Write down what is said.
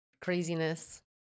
craziness